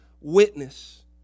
witness